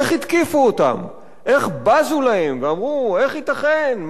איך התקיפו אותם, איך בזו להם, ואמרו: איך ייתכן?